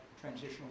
transitional